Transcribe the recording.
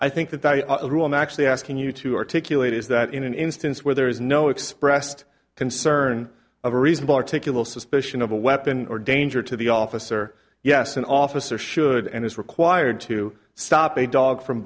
i think that the room actually asking you to articulate is that in an instance where there is no expressed concern of a reasonable articulable suspicion of a weapon or danger to the officer yes an officer should and is required to stop a dog from